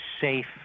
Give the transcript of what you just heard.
safe